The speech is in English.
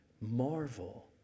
marvel